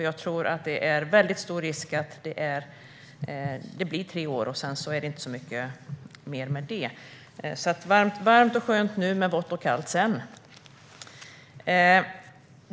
Jag tror att det är väldigt stor risk för att det blir tre år och inte så mycket mer med det. Det är varmt och skönt nu, men det blir vått och kallt sedan.